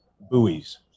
buoys